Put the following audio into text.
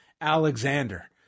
Alexander